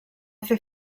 fer